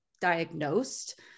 diagnosed